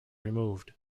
removed